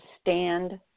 stand